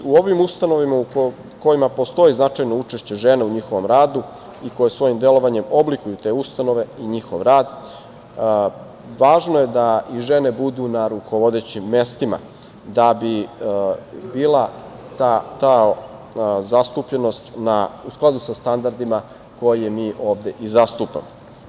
U ovim ustanovama u kojima postoji značajno učešće žena u njihovom radu i koje svojim delovanjem oblikuju te ustanove i njihov rad, važno je da i žene budu na rukovodećim mestima, da bi bila ta zastupljenost u skladu sa standardima koje mi ovde i zastupamo.